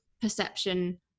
perception